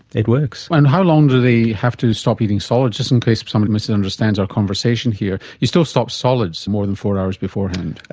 it works. and how long do they have to stop eating solids? just in case somebody misunderstands our conversation here, you still stop solids more than four hours beforehand.